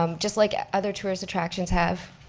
um just like other tourist attractions have.